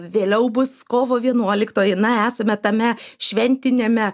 vėliau bus kovo vienuoliktoji na esame tame šventiniame